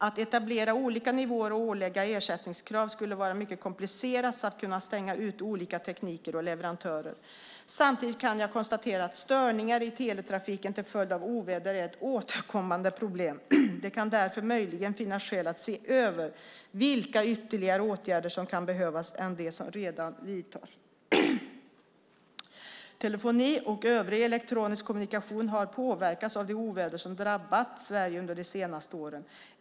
Att etablera olika nivåer och ålägga ersättningskrav skulle vara mycket komplicerat samt kunna stänga ute olika tekniker och leverantörer. Samtidigt kan jag konstatera att störningar i teletrafiken till följd av oväder är ett återkommande problem. Det kan därför möjligen finnas skäl att se över vilka ytterligare åtgärder som kan behövas utöver de som redan vidtas. Telefoni och övrig elektronisk kommunikation har påverkats av de oväder som drabbat Sverige under de senaste åren.